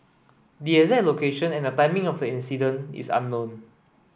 the exact location and the timing of the incident is unknown